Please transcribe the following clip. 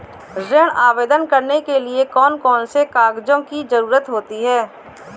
ऋण आवेदन करने के लिए कौन कौन से कागजों की जरूरत होती है?